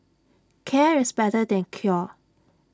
care is better than cure